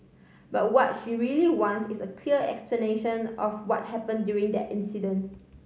but what she really wants is a clear explanation of what happen during that incident